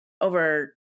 over